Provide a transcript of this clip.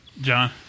John